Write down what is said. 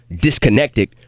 disconnected